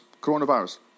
coronavirus